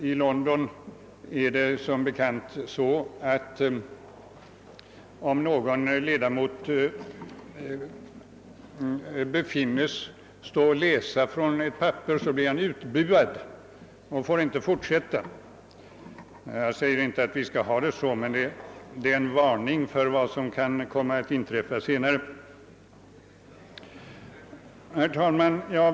Som bekant är det så i engelska parlamentet att om en ledamot står och läser innantill från ett papper blir han utbuad och får inte fortsätta. Jag säger inte att vi nu skall ha det ordnat på samma sätt, men det är en varning för vad som senare kan komma att behöva inträffa.